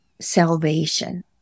salvation